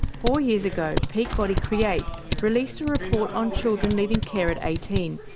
four years ago, peak body create released a report on children leaving care at eighteen.